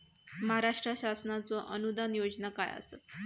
महाराष्ट्र शासनाचो अनुदान योजना काय आसत?